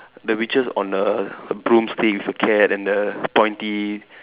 the witches on the broomsticks the cat and the pointy